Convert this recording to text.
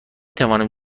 توانیم